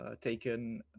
taken